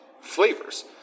flavors